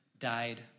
died